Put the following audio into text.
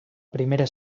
primera